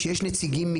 שיש בו נציגים,